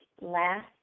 last